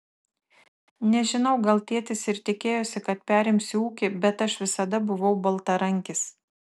nežinau gal tėtis ir tikėjosi kad perimsiu ūkį bet aš visada buvau baltarankis